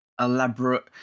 elaborate